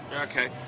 Okay